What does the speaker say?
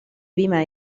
بما